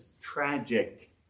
tragic